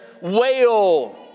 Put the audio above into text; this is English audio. wail